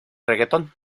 reggaeton